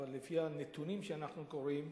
אבל לפי הנתונים שאנחנו קוראים,